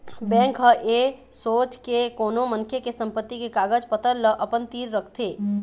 bank ह ऐ सोच के कोनो मनखे के संपत्ति के कागज पतर ल अपन तीर रखथे